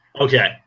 Okay